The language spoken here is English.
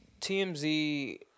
TMZ